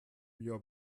via